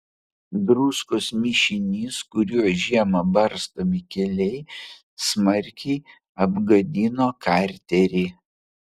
druskos mišinys kuriuo žiemą barstomi keliai smarkiai apgadino karterį